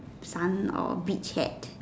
sun or beach hat